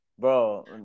Bro